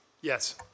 Yes